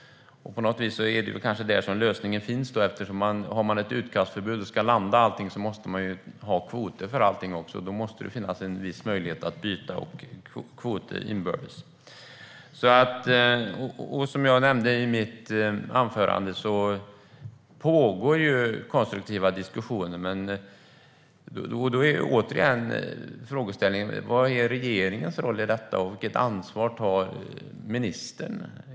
På något vis är det kanske där som lösningen finns. Har man ett utkastförbud och ska landa allting måste man nämligen ha kvoter för allting också. Då måste det finnas en viss möjlighet att byta kvoter inbördes. Som jag nämnde i mitt anförande pågår det konstruktiva diskussioner, men då är återigen frågeställningen: Vad är regeringens roll i detta, och vilket ansvar tar ministern?